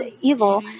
evil